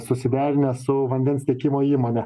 susiderinęs su vandens tiekimo įmone